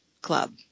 Club